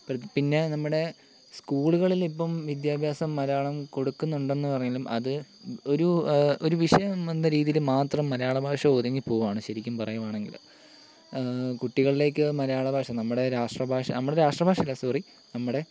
പിന്നെ നമ്മുടെ സ്കൂളുകളിൽ ഇപ്പം വിദ്യാഭ്യാസം മലയാളം കൊടുക്കുന്നുണ്ട് എന്ന് പറയുന്നെങ്കിലും അത് ഒരു ഒരു വിഷയം എന്ന രീതിയിൽ മാത്രം മലയാള ഭാഷ ഒതുങ്ങി പോകുവാണ് ശരിക്കും പറയുവാണെങ്കിൽ കുട്ടികളിലേക്ക് മലയാള ഭാഷ നമ്മുടെ രാഷ്ട്രഭാഷ നമ്മുടെ രാഷ്ട്രഭാഷ അല്ല സോറി നമ്മുടെ